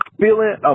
feeling